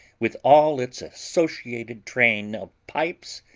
with all its associated train of pipes,